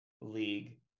League